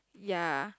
ya